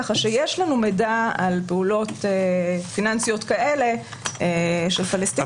כך שיש לנו מידע על פעולות פיננסיות כאלה של פלסטינים.